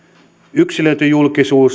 yksilöity julkisuus